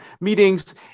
meetings